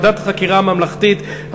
ועדת חקירה ממלכתית,